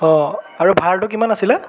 অঁ আৰু ভাড়াটো কিমান আছিলে